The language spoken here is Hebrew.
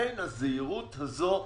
לכן הזהירות הזו נדרשת.